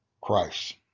Christ